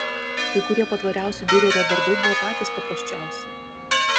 kai kurie patvariausi diurerio darbai buvo patys paprasčiausi